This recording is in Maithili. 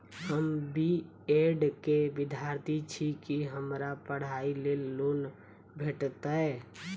हम बी ऐड केँ विद्यार्थी छी, की हमरा पढ़ाई लेल लोन भेटतय?